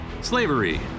slavery